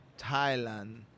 Thailand